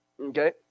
Okay